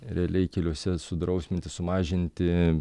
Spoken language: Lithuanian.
realiai keliuose sudrausminti sumažinti